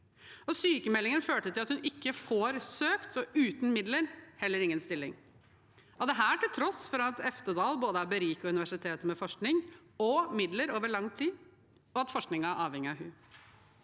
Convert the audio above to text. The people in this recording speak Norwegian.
sykmeldingen førte til at hun ikke fikk søkt – og uten midler heller ingen stilling, dette til tross for at Eftedal hadde beriket universitetet med både forskning og midler over lang tid, og at forskningen var avhengig av henne.